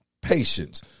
patience